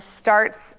starts